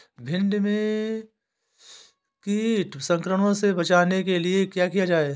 भिंडी में कीट संक्रमण से बचाने के लिए क्या किया जाए?